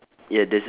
ya